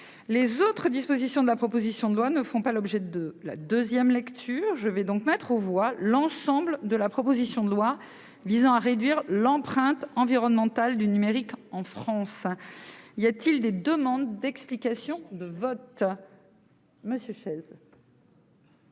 Les autres dispositions de la proposition de loi ne font pas l'objet de la deuxième lecture. Avant de mettre aux voix l'ensemble de la proposition de loi visant à réduire l'empreinte environnementale du numérique en France, je donne la parole à